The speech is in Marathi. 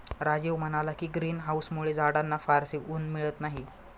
राजीव म्हणाला की, ग्रीन हाउसमुळे झाडांना फारसे ऊन मिळत नाही